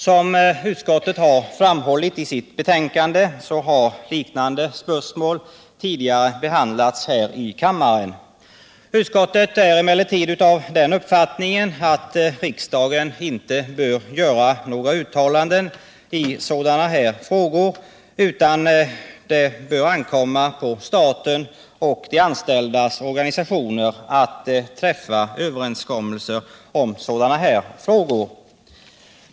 Som utskottet framhållit i sitt betänkande har liknande spörsmål behandlats här i kammaren tidigare. Utskottet är emellertid av den uppfattningen att riksdagen inte bör göra några uttalanden i sådana här frågor. Det bör ankomma på staten och de anställdas organisationer att träffa överenskommelser om sådana här saker.